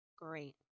great